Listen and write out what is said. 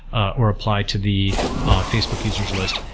or apply to the facebook users' list.